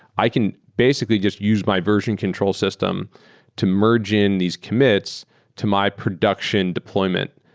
i can basically just use my version control system to merge in these commits to my production deployment,